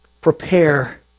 prepare